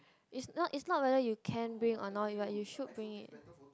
it's it's not whether you can bring or not you are you should bring